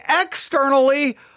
externally